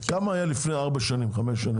כמה היה לפני ארבע-חמש שנים?